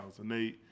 2008